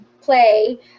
play